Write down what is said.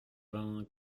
vingt